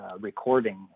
recording